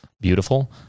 beautiful